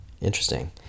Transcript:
Interesting